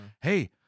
Hey